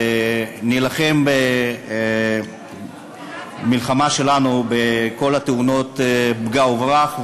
ונילחם את המלחמה שלנו בכל תאונות הפגע-וברח.